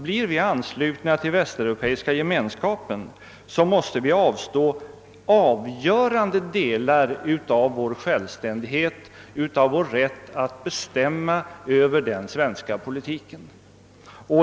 Blir vi anslutna till Västeuropeiska gemenskapen, måste vi avstå avgörande delar av vår självständighet och av vår rätt att bestämma Över den svenska politiken.